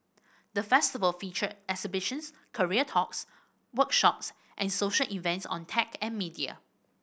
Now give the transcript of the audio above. the Festival featured exhibitions career talks workshops and social events on tech and media